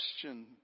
question